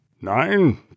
Nine